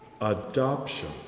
Adoption